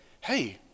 hey